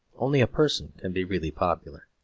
only a person can be really popular.